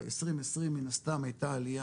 ב-2020 מן הסתם היתה עליה